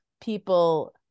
people